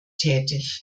tätig